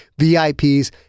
VIPs